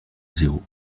zéro